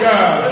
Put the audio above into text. God